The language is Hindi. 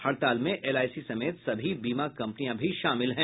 हड़ताल में एलआईसी समेत सभी बीमा कम्पनियां भी शामिल हैं